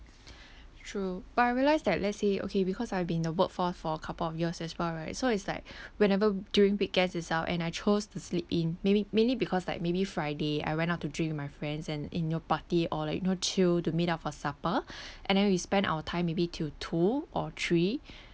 true but I realise that let's say okay because I've been the workforce for a couple of years as well right so it's like whenever during weekends itself and I chose to sleep in mainly mainly because like maybe friday I went out to drink with my friends and you know party or like you know chill to meet up for supper and then we spend our time maybe till two or three